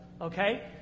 Okay